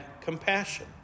compassion